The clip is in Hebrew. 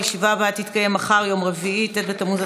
הישיבה הבאה תתקיים מחר, יום רביעי, ט' בתמוז